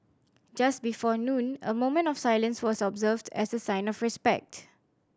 just before noon a moment of silence was observed as a sign of respect